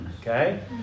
Okay